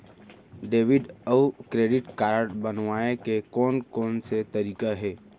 Debit अऊ credit card बनवाए के कोन कोन से तरीका हे?